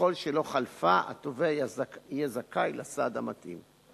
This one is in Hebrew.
ככל שלא חלפה, והתובע יהיה זכאי לסעד המתאים.